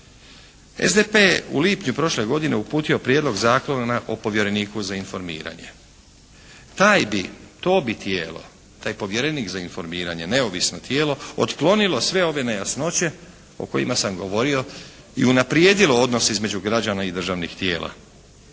SDP je u lipnju prošle godine uputio Prijedlog zakona o povjereniku za informiranje. Taj bi, to bi tijelo, taj povjerenik za informiranje neovisno tijelo otklonilo sve ove nejasnoće o kojima sam govorio i unaprijedilo odnos između građana i državnih tijela.